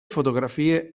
fotografie